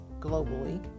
globally